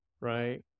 right